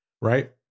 right